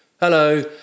Hello